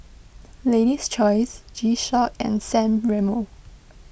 Lady's Choice G Shock and San Remo